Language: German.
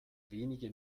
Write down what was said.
wenige